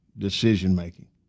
decision-making